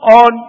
on